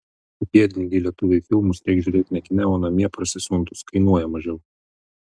biedni gi lietuviai filmus reik žiūrėt ne kine o namie parsisiuntus kainuoja mažiau